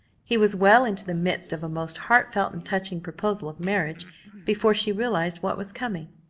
he was well into the midst of a most heartfelt and touching proposal of marriage before she realized what was coming.